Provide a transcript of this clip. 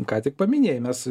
ką tik paminėjai mes